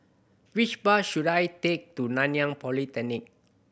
which bus should I take to Nanyang Polytechnic